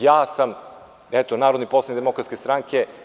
Ja sam narodni poslanik Demokratske stranke.